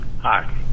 Hi